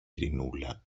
ειρηνούλα